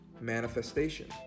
manifestation